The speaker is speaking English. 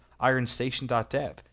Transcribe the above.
IronStation.dev